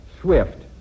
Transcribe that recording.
swift